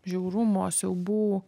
žiaurumo siaubų